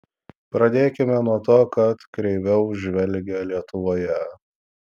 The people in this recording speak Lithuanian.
pradėkime nuo to kad kreiviau žvelgia lietuvoje